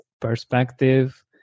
perspective